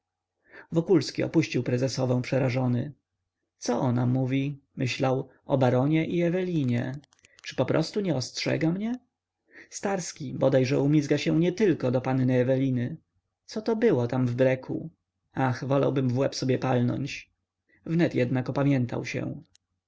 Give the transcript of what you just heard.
wokulski opuścił prezesowę przerażony co ona mówi myślał o baronie i ewelinie czy poprostu nie ostrzega mnie starski bodaj że umizga się nietylko do panny eweliny co to było tam w breku ach wolałbym w łeb sobie palnąć wnet jednak opamiętał się